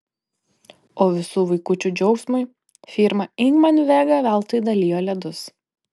o visų vaikučių džiaugsmui firma ingman vega veltui dalijo ledus